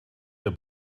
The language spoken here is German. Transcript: der